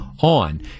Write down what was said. on